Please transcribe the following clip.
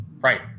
right